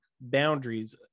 boundaries